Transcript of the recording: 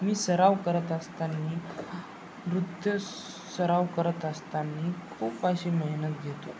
मी सराव करत असताना नृत्य सराव करत असताना खूप अशी मेहनत घेतो